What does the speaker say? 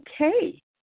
okay